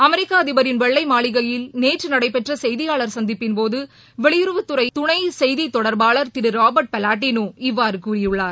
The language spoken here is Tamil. அமெரிக்க அதிபரின் வெள்ளை மாளிகையில் நேற்று நடைபெற்ற செய்தியாளர் சந்திப்பின்போது வெளியுறவுத்துறையின் துணை செய்தித்தொடர்பாளர் திரு ராபர்ட் பலாடினோ இவ்வாறு கூறியுள்ளார்